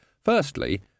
Firstly